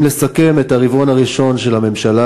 אם לסכם את הרבעון הראשון של הממשלה